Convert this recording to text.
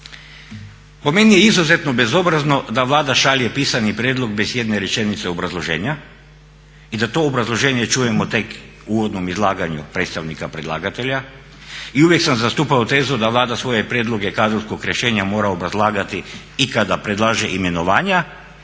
po meni je izuzetno bezobrazno da Vlada šalje pisani prijedlog bez ijedne rečenice obrazloženja i da to obrazloženje čujemo tek u uvodnom izlaganju predstavnika predlagatelja i uvijek sam zastupao tezu da Vlada svoje prijedloge kadrovskog rješenja mora obrazlagati i kada predlaže imenovanja